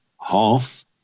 half